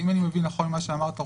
אם אני מבין נכון ממה שאמרת,